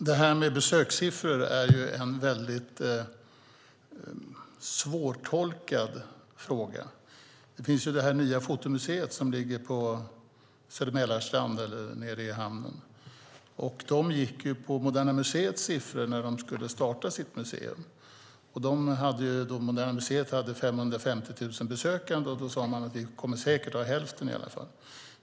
Herr talman! Det är svårt att tolka besökssiffror. Det nya fotomuseet på Söder, nere vid hamnen, gick på Moderna museets siffror när de skulle starta sitt museum. Moderna museet hade då 550 000 besökare, och de sade att fotomuseet säkert kommer att ha hälften.